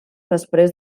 després